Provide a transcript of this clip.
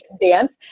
dance